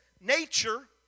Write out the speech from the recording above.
nature